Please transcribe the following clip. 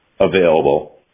available